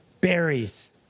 Berries